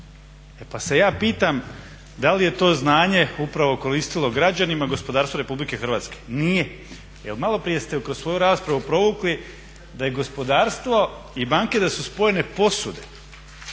E pa se ja pitam da li je to znanje upravo koristilo građanima, gospodarstvu RH? Nije. Jer malo prije ste kroz svoju raspravu provukli da je gospodarstvo i banke da su spojene posude.